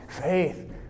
Faith